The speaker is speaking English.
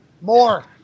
More